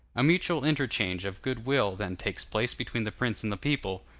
a mutual interchange of good-will then takes place between the prince and the people,